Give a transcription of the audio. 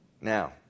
Now